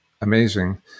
amazing